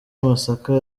amasaka